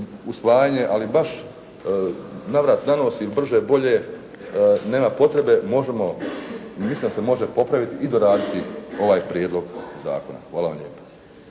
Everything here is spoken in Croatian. ali baš navrat nanos ili brže bolje, nema potrebe misli da se mogu popraviti i dodaci ovaj prijedlog zakona. Hvala lijepo.